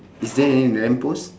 is there any lamp post